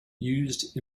used